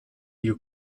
you